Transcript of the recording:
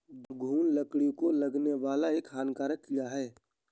घून लकड़ी को लगने वाला एक हानिकारक कीड़ा है